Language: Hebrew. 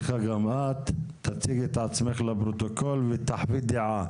תציגי את עצמך לפרוטוקול ותחווי דעה.